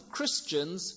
Christians